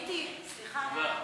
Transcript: טעיתי, סליחה.